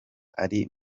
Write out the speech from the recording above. ari